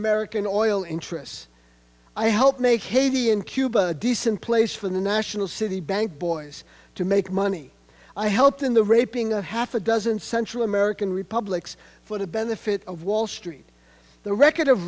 american oil interests i helped make haiti in cuba a decent place for the national city bank boys to make money i helped in the raping a half a dozen central american republics for the benefit of wall street the record of